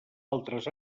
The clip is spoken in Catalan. altres